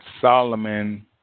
Solomon